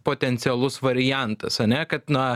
potencialus variantas ane kad na